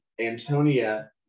Antonia